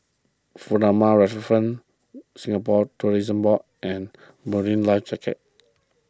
Furama Riverfront Singapore Tourism Board and Marine Life